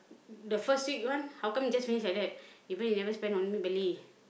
the first week how come just finish like that even he never spend on anybody